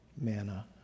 manna